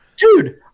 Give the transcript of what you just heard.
Dude